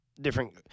Different